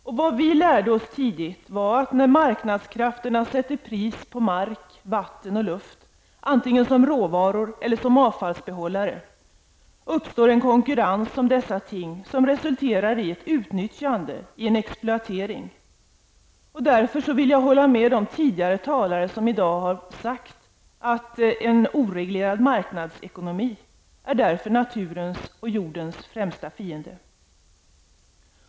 Vad vi tidigt lärde oss var att det, när marknadskrafterna sätter ett pris på mark, vatten och luft antingen som råvaror eller som avfallsbehållare, uppstår en konkurrens om dessa ting, som resulterar i ett utnyttjande, en exploatering. Därför håller jag med de talare som tidigare i dag har sagt att en oreglerad marknadsekonomi är naturens och jordens främste fiende.